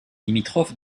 limitrophe